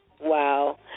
Wow